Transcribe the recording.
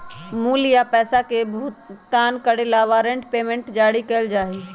माल या पैसा के भुगतान करे ला वारंट पेमेंट जारी कइल जा हई